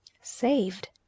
Saved